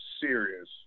serious